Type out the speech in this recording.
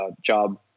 job